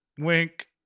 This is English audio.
Wink